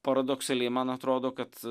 paradoksaliai man atrodo kad